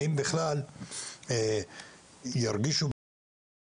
האם בכלל ירגישו בנוח לבוא לשם?